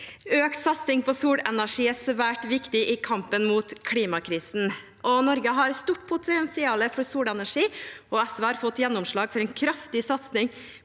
Økt satsing på solenergi er svært viktig i kampen mot klimakrisen. Norge har stort potensial for solenergi, og SV har fått gjennomslag for en kraftig satsing